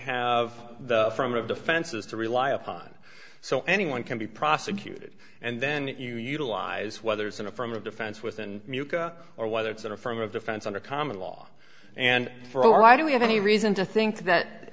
have the from of defenses to rely upon so anyone can be prosecuted and then you utilize whether it's an affirmative defense within or whether it's an affirmative defense under common law and for or why do we have any reason to think that